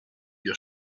your